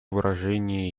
выражение